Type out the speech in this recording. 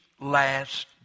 last